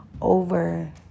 over